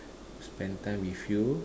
spend time with you